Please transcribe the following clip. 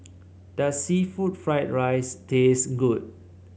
does seafood Fried Rice taste good